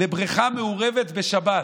לבריכה מעורבת, בשבת.